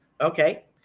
Okay